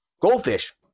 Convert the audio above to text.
Goldfish